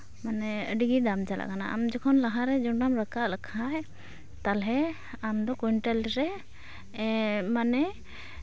ᱢᱟᱱᱮ ᱟᱹᱰᱤᱜᱮ ᱫᱟᱢ ᱪᱟᱞᱟᱜ ᱠᱟᱱᱟ ᱢᱟᱱᱮ ᱟᱢ ᱡᱚᱠᱷᱚᱱ ᱞᱟᱦᱟᱨᱮ ᱡᱚᱱᱰᱨᱟᱢ ᱨᱟᱠᱟᱵ ᱞᱮᱠᱷᱟᱡ ᱛᱟᱦᱚᱞᱮ ᱟᱢᱫᱚ ᱠᱩᱭᱤᱱᱴᱟᱞ ᱨᱮ ᱢᱟᱱᱮ